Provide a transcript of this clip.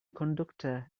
conductor